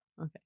Okay